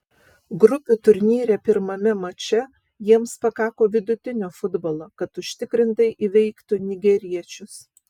grupių turnyre pirmame mače jiems pakako vidutinio futbolo kad užtikrintai įveiktų nigeriečius